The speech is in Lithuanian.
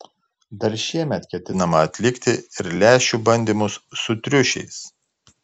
dar šiemet ketinama atlikti ir lęšių bandymus su triušiais